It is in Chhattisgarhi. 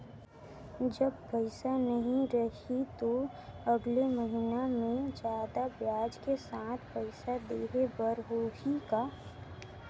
जब पइसा नहीं रही तो अगले महीना मे जादा ब्याज के साथ पइसा देहे बर होहि का?